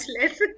less